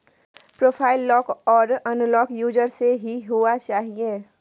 profile lock आर unlock user से ही हुआ चाहिए